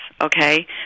okay